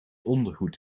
ondergoed